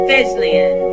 Feslian